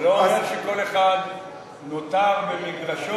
זה לא אומר שכל אחד נותר במגרשו.